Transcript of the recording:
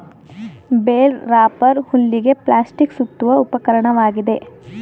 bale wrapper ಹುಲ್ಲಿಗೆ plastic ಸುತ್ತುವ ಉಪಕರಣವಾಗಿದೆ